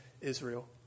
Israel